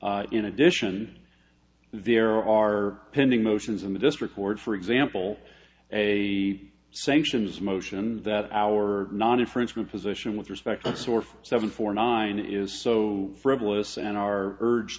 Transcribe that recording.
patents in addition there are pending motions in this record for example a sanctions motion that our non infringement position with respect us or seven four nine is so frivolous and our urge